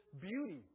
beauty